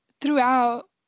throughout